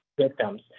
victims